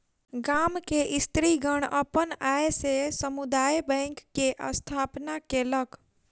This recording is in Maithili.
गाम के स्त्रीगण अपन आय से समुदाय बैंक के स्थापना केलक